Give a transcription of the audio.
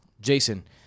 Jason